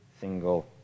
single